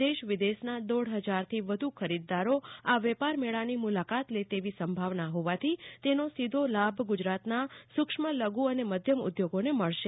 દેશ વિદેશના દોઢ હજારથી વધુ ખરીદદારો આ વેપારમેળાની મુલાકાત લે તેવી સંભાવના હોવાથી તેનો સીધો લાભ ગુજરાતના સુક્ષ્મ લઘુ મધ્યમ ઉદ્યોગોને મળશે